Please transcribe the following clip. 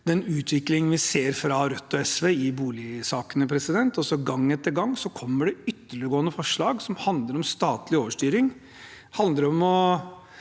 den utviklingen vi ser fra Rødt og SV i boligsakene. Gang etter gang kommer det ytterliggående forslag som handler om statlig overstyring,